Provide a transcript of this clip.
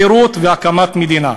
חירות והקמת מדינה.